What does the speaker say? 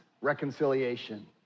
reconciliation